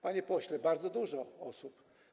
Panie pośle, bardzo dużo osób.